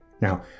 Now